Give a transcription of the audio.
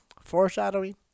Foreshadowing